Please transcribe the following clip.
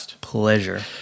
pleasure